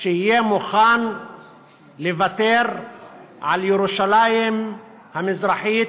שיהיה מוכן לוותר על ירושלים המזרחית,